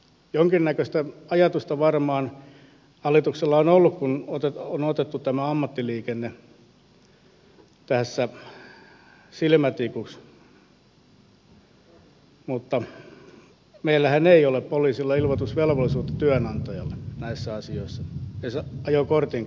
jonkinnäköistä ajatusta varmaan hallituksella on ollut kun on otettu tämä ammattiliikenne tässä silmätikuksi mutta meillähän ei ole poliisilla ilmoitusvelvollisuutta työnantajalle näissä asioissa edes ajokortinkaan kanssa